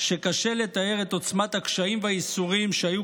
שקשה לתאר את עוצמת הקשיים והייסורים שהיו